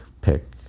pick